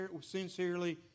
sincerely